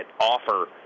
offer